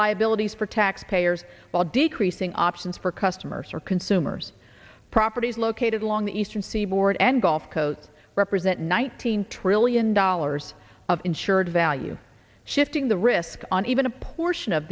liabilities for taxpayers while decreasing options for customers or consumers properties located along the eastern seaboard and gulf coast represent nine hundred trillion dollars of insured value shifting the risk on even a portion of